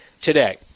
today